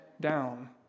down